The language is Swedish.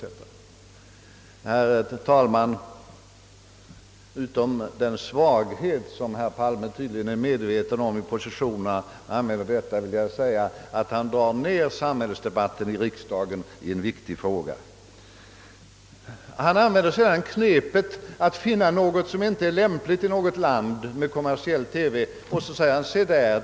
Sådant tal vittnar inte bara om svagheter i hans positioner — vilket herr Palme tydligen är medveten om när han använder detta tillvägagångssätt. — Därtill kommer att han drar ned samhällsdebattens nivå här i riksdagen. Han använder också knepet att i andra länder söka finna sådant som inte är lämpligt när det gäller kommersiell TV och säger sedan: »Se där!